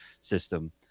system